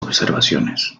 observaciones